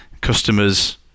customers